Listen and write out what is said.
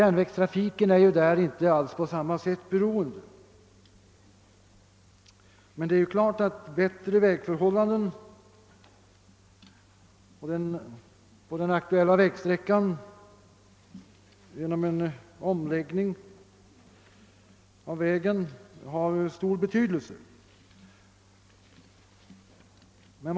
Järnvägstrafiken är ju inte alls på samma sätt beroende härav. Men självfallet har en förbättring av vägförhållandena på den aktuella sträckan genom en vägomläggning stor betydelse i sammanhanget.